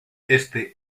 este